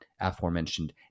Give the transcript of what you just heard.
aforementioned